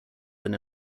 than